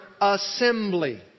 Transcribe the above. assembly